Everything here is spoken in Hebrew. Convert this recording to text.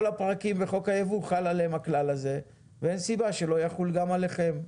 כל הפרקים בחוק היבוא חל עליהם הכלל הזה ואין סיבה שלא יחול גם עליכם.